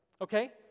okay